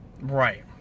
Right